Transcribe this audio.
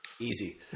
Easy